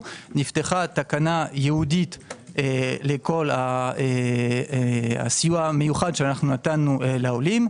נפתחה תקנה ייעודית לכל הסיוע המיוחד שנתנו לעולים,